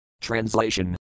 Translation